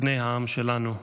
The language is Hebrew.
בני העם שלנו,